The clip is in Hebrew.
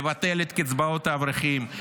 לבטל את קצבאות האברכים,